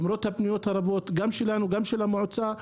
למרות הפניות הרבות גם שלנו וגם של המועצה.